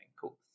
Cool